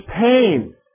Pain